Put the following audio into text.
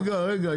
רגע, רגע.